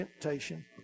temptation